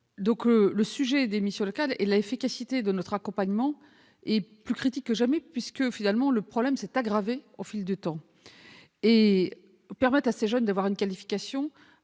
La question des missions locales et l'efficacité de notre accompagnement sont plus critiques que jamais, puisque le problème s'est aggravé au fil du temps. Permettre à ces jeunes d'obtenir une qualification